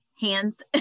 hands